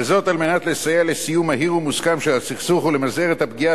וזאת על מנת לסייע לסיום מהיר ומוסכם של הסכסוך ולמזער את הפגיעה